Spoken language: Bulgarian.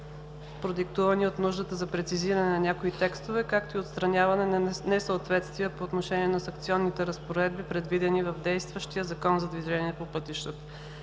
продиктувани от нуждата за прецизиране на някои текстове, както и отстраняване на несъответствия по отношение на санкционните разпоредби, предвидени в действащия ЗДвП. Те не са свързани